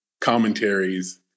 commentaries